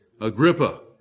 Agrippa